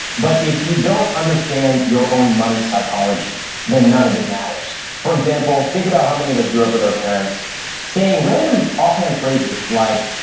but if you don't understand your own money psychology then none of it matters for example, think about how many of us grew up with our parents saying random offhand phrases like,